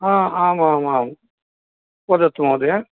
आमाम् आम् वदतु महोदय